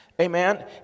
Amen